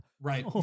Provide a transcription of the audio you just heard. Right